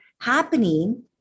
happening